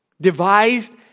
devised